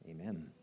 Amen